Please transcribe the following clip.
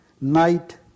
night